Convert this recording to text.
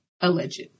alleged